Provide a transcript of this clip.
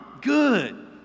good